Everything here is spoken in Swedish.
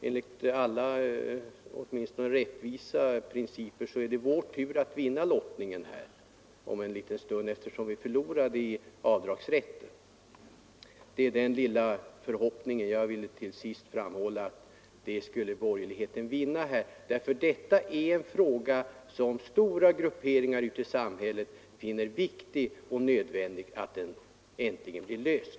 Enligt rättviseprincipen är det vår tur att vinna denna lottning; som bekant förlorade vi lottningen när det gällde avdragsrätten. Jag hoppas därför att den borgerliga linjen vinner. Det är en viktig fråga för stora grupper i samhället, och det är därför nödvändigt att den äntligen blir löst.